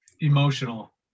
emotional